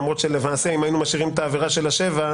למרות שלמעשה אם היינו משאירים את העבירה של השבע שנים,